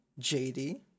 JD